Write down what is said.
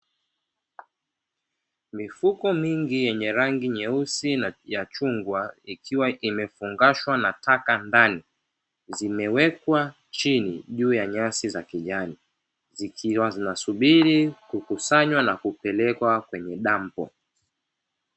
Mifuko mingi yenye rangi nyeusi ya chungwa, ikiwa imekusanywa na taka kubwa zikiwa zinasubiri kupelekwa kwenye dampo.